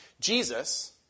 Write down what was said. Jesus